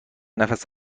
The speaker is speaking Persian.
نفس